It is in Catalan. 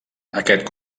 aquest